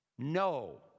No